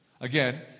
Again